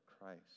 Christ